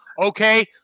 okay